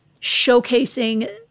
showcasing